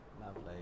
Lovely